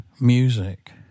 music